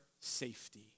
safety